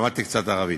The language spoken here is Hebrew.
למדתי קצת ערבית.